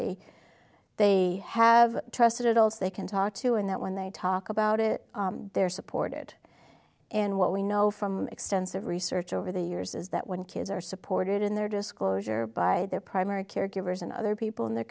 they they have trusted adults they can talk to and that when they talk about it they're supported and what we know from extensive research over the years is that when kids are supported in their disclosure by their primary caregivers and other people in the